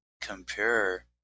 compare